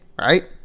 Right